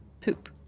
Poop